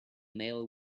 male